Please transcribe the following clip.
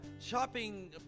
shopping